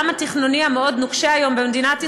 התכנוני המאוד-נוקשה היום במדינת ישראל,